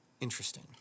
Interesting